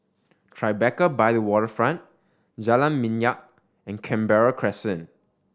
Tribeca by the Waterfront Jalan Minyak and Canberra Crescent